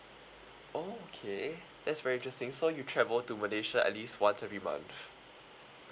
okay that's very interesting so you travel to malaysia at least once every month